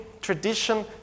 tradition